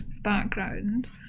background